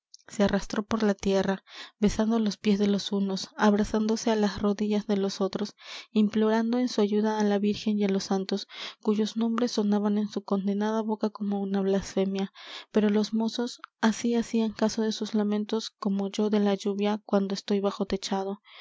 se arrastró por la tierra besando los pies de los unos abrazándose á las rodillas de los otros implorando en su ayuda á la virgen y á los santos cuyos nombres sonaban en su condenada boca como una blasfemia pero los mozos así hacían caso de sus lamentos como yo de la lluvia cuando estoy bajo techado